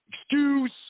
excuse